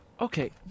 Okay